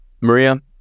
Maria